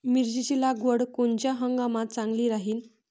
मिरची लागवड कोनच्या हंगामात चांगली राहीन?